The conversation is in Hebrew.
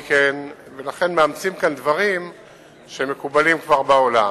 ולכן מאמצים כאן דברים שמקובלים כבר בעולם,